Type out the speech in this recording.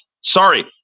Sorry